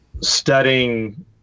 studying